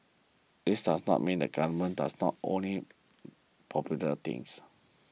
this does not mean the Government does not only popular things